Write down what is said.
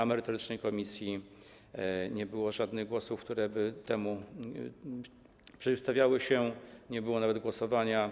W merytorycznej komisji nie było żadnych głosów, które by się temu przeciwstawiały, nie było nawet głosowania.